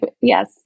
Yes